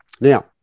Now